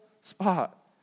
spot